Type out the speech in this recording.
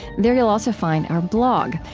there you'll also find our blog,